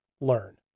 learn